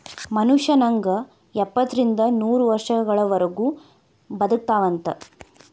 ಮನುಷ್ಯ ನಂಗ ಎಪ್ಪತ್ತರಿಂದ ನೂರ ವರ್ಷಗಳವರಗು ಬದಕತಾವಂತ